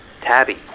Tabby